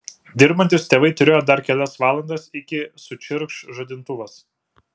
dirbantys tėvai turėjo dar kelias valandas iki sučirkš žadintuvas